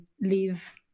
leave